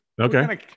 Okay